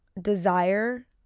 desire